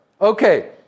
Okay